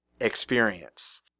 experience